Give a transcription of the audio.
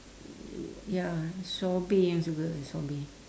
ya sobri yang suka sobri